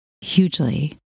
hugely